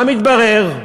מה מתברר?